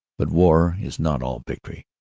but war is not all victory.